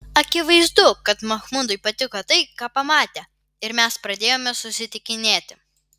akivaizdu kad machmudui patiko tai ką pamatė ir mes pradėjome susitikinėti